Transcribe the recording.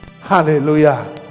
Hallelujah